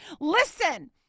Listen